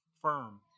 firm